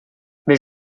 mais